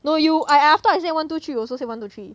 no you I after I say one two three you also say one two three